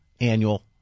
annual